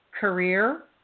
career